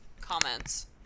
comments